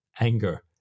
anger